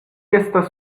estas